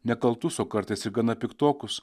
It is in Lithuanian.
nekaltus o kartais ir gana piktokus